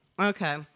Okay